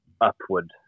upward